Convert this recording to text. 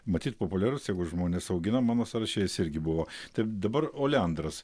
matyt populiarus jeigu žmonės augina mano sąraše jis irgi buvo taip dabar oleandras